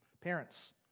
Parents